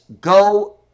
go